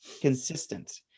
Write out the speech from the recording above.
consistent